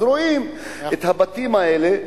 אז רואים את הבתים האלה,